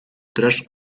dreszcz